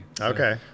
Okay